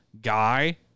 guy